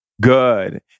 good